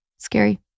scary